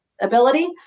ability